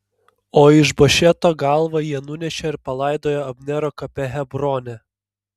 o išbošeto galvą jie nunešė ir palaidojo abnero kape hebrone